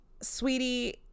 Sweetie